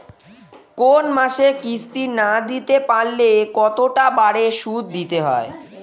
কোন মাসে কিস্তি না দিতে পারলে কতটা বাড়ে সুদ দিতে হবে?